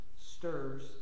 stirs